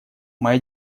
моя